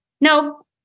no